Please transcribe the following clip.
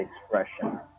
expression